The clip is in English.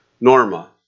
Norma